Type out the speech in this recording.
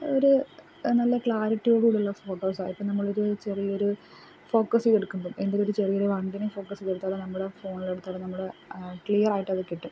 ഒരു നല്ല ക്ലാരിറ്റിയോടുകൂടിയുള്ള ഫോട്ടോസോ ഇപ്പം നമ്മളൊരു ചെറിയൊരു ഫോക്കസ് ചെയ്തെടുക്കുമ്പം എന്തെങ്കിലും ഒരു ചെറിയൊരു വണ്ടിനെ ഫോക്കസ് ചെയ്തെടുത്താലോ നമ്മുടെ ഫോണിലെടുത്താലോ നമ്മുടെ ക്ലിയറായിട്ടത് കിട്ടും